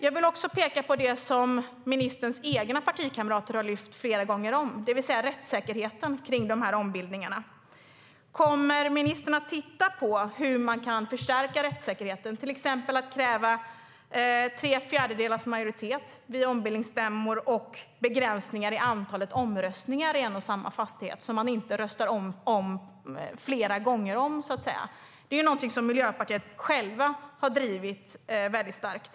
Jag vill också peka på det som ministerns egna partikamrater har lyft fram flera gånger om, det vill säga rättssäkerheten kring dessa ombildningar. Kommer ministern att titta på hur man kan förstärka rättssäkerheten, till exempel genom att kräva tre fjärdedelars majoritet vid ombildningsstämmor liksom begränsningar i antalet omröstningar i en och samma fastighet så att man inte röstar flera gånger om? Detta är något som Miljöpartiet själva har drivit väldigt starkt.